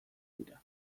tira